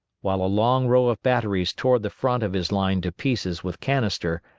while a long row of batteries tore the front of his line to pieces with canister,